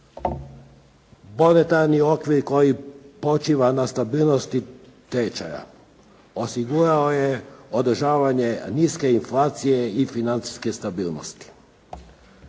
Monetarni okvir koji počiva na stabilnosti tečaja osigurao je održavanje niske inflacije i financijske stabilnosti.